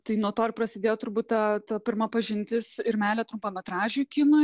tai nuo to ir prasidėjo turbūt ta pirma pažintis ir meilė trumpametražiui kinui